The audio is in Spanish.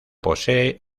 posee